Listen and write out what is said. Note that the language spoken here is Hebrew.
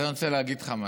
אז אני רוצה להגיד לך משהו.